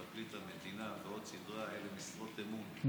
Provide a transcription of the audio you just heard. פרקליט המדינה ועוד סדרה אלה משרות אמון,